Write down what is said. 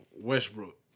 Westbrook